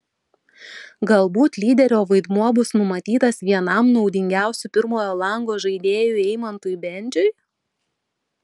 galbūt lyderio vaidmuo bus numatytas vienam naudingiausių pirmojo lango žaidėjų eimantui bendžiui